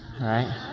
right